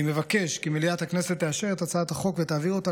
אני מבקש כי מליאת הכנסת תאשר את הצעת החוק ותעביר אותה